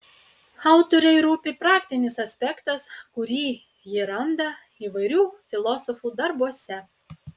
autorei rūpi praktinis aspektas kurį ji randa įvairių filosofų darbuose